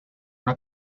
una